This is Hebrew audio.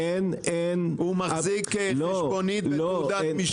הוא מחזיק חשבונית ותעודת משלוח.